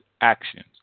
actions